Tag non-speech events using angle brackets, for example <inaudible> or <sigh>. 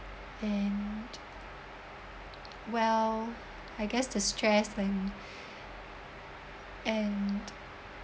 and well I guess the stress and <breath> and